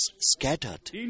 scattered